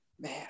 man